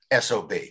SOB